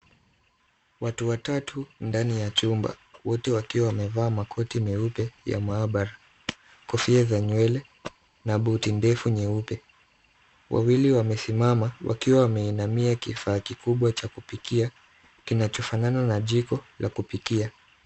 Watu watatu ndani ya chumba wote wakiwa wamevaa makoti meupe ya maabara, kofia za nywele na buti ndefu nyeupe. Wawili wamesimama wakiwa wameinamia kifaa kikubwa cha kupikia kinachofana na jiko la kupikia.